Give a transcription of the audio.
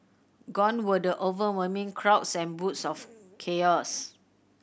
gone were the overwhelming crowds and bouts of chaos